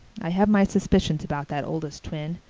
i have my suspicions about that oldest twin.